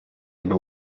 był